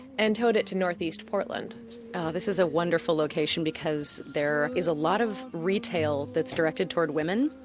and towed it to northeast portland this is a wonderful location, because there is a lot of retail that's directed toward women,